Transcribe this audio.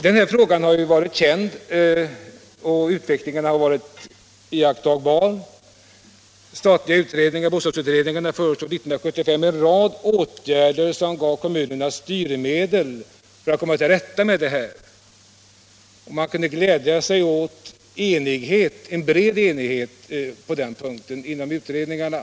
Denna fråga har varit känd, och utvecklingen har varit iakttagbar. Från de statliga bostadsutredningarna förelåg redan 1975 en rad förslag till åtgärder som gav kommunerna styrmedel för att komma till rätta med detta, och man kunde glädja sig åt en bred enighet på den punkten genom utredningarna.